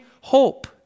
hope